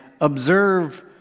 observe